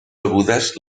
begudes